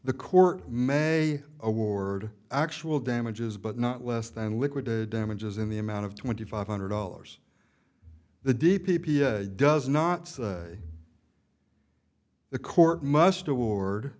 the court may award actual damages but not less than liquidated damages in the amount of twenty five hundred dollars the d p p a does not say the court must